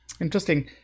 interesting